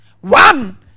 One